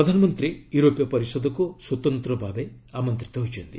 ପ୍ରଧାନମନ୍ତ୍ରୀ ୟୁରୋପୀୟ ପରିଷଦକୁ ସ୍ୱତନ୍ତଭାବେ ଆମନ୍ତିତ ହୋଇଛନ୍ତି